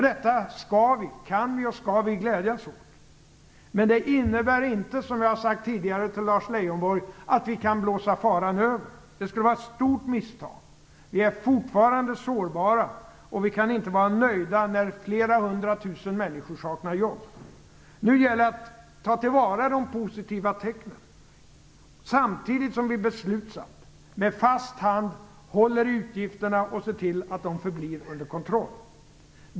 Detta kan och skall vi glädjas åt, men det innebär inte - som jag har sagt tidigare till Lars Leijonborg - att vi kan blåsa faran över. Det skulle vara ett stort misstag. Vi är fortfarande sårbara, och vi kan inte vara nöjda när flera hundra tusen människor saknar jobb. Nu gäller det att ta till vara de positiva tecknen - samtidigt som vi beslutsamt med fast hand håller i utgifterna och ser till att de förblir under kontroll.